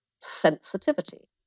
sensitivity